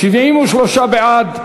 73 בעד,